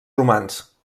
romans